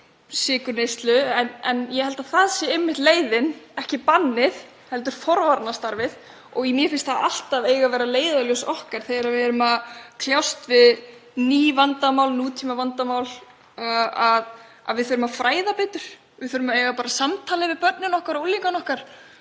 sykurneyslu en ég held að það sé einmitt leiðin, ekki bannið heldur forvarnastarfið. Mér finnst það alltaf eiga að vera leiðarljós okkar þegar við erum að kljást við ný vandamál, nútímavandamál, að við þurfum að fræða betur. Við þurfum að eiga samtalið við börnin okkar og unglingana okkar